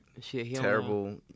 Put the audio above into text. terrible